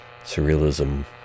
surrealism